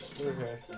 Okay